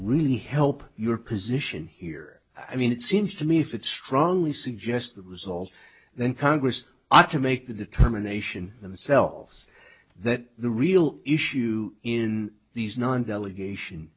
really help your position here i mean it seems to me if it's strongly suggest it was all then congress ought to make the determination themselves that the real issue in these nine delegation